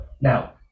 Now